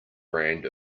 brand